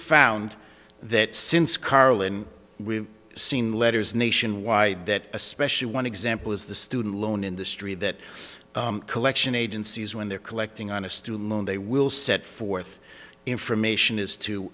found that since carlin we've seen letters nationwide that especially one example is the student loan industry that collection agencies when they're collecting on a student loan they will set forth information as t